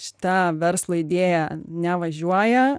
šita verslo idėja nevažiuoja